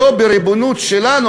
והם לא בריבונות שלנו,